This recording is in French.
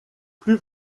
plus